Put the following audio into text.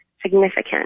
significant